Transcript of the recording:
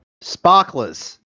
Sparklers